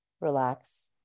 relax